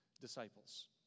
disciples